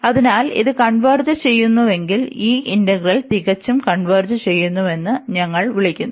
അതിനാൽ ഇത് കൺവെർജ് ചെയ്യുന്നുവെങ്കിൽ ഈ ഇന്റഗ്രൽ തികച്ചും കൺവെർജ് ചെയ്യുന്നുവെന്ന് ഞങ്ങൾ വിളിക്കുന്നു